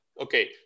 Okay